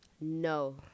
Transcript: No